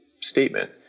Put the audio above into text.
statement